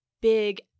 big